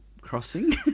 crossing